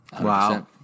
Wow